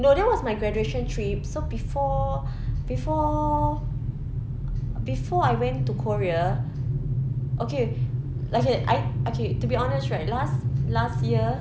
no that was my graduation trip so before before before I went korea okay okay I okay to be honest right last last year